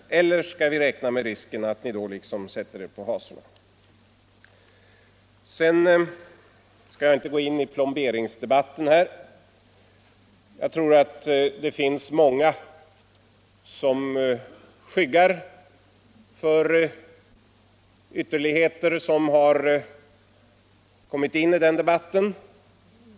Eller skall vi räkna med risken att ni då sätter er på hasorna? Jag skall inte gå in i plomberingsdebatten. Jag tror att det finns många som skyggar för ytterligheter som har kommit in i den debatten.